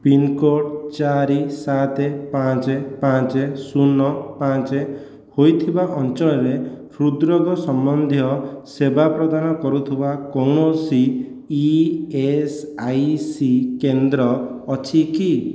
pin code ଚାରି ସାତ ପାଞ୍ଚ ପାଞ୍ଚ ଶୂନ ପାଞ୍ଚ ହୋଇଥିବା ଅଞ୍ଚଳରେ ହୃଦ୍ରୋଗ ସମ୍ବନ୍ଧୀୟ ସେବା ପ୍ରଦାନ କରୁଥିବା କୌଣସି ଇଏସ୍ଆଇସି କେନ୍ଦ୍ର ଅଛି କି